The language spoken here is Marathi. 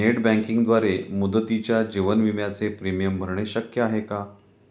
नेट बँकिंगद्वारे मुदतीच्या जीवन विम्याचे प्रीमियम भरणे शक्य आहे का?